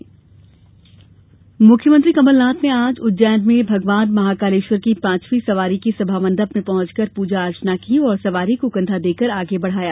CM Ujjain मुख्यमंत्री कमल नाथ ने आज उज्जैन में भगवान महाकालेश्वर की पाँचवी सवारी की सभामंडप में पहुँचकर प्रजा अर्चना की और सवारी को कन्धा देकर आगे बढ़ाया